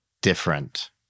different